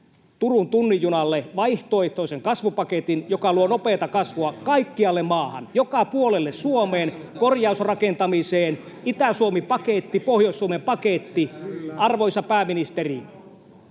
Turun tunnin junalle vaihtoehtoisen kasvupaketin, joka luo nopeata kasvua kaikkialle maahan — joka puolelle Suomeen, korjausrakentamiseen, Itä-Suomi-paketti, Pohjois-Suomen paketti. [Välihuutoja